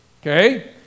Okay